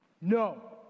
No